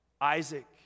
Isaac